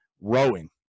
rowing